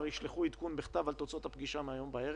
ישלחו עדכון בכתב על תוצאות הפגישה מהיום בערב.